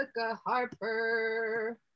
harper